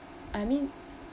I mean